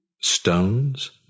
Stones